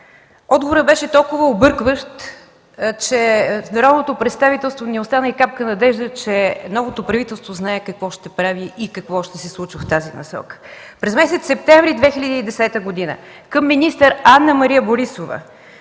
Отговорът беше толкова объркващ, че в народното представителство не остана и капка надежда, че новото правителство знае какво ще прави и какво ще се случва в тази насока. През месец септември 2010 г. министър Анна-Мария Борисова,